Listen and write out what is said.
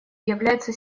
является